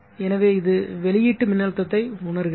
எனவே இது வெளியீட்டு மின்னழுத்தத்தை உணர்கிறது